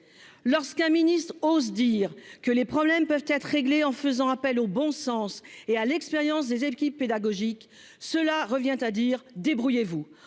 lorsqu'un ministre ose dire que les problèmes peuvent être réglés en faisant appel au bon sens et à l'expérience des équipes pédagogiques, cela revient à dire : débrouillez-vous,